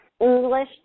English